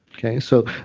okay, so,